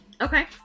Okay